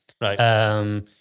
Right